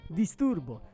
disturbo